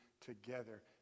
together